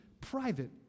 private